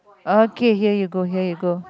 okay here you go here you go